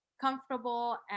comfortable